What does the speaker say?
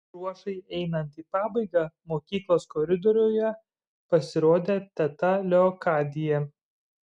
ruošai einant į pabaigą mokyklos koridoriuje pasirodė teta leokadija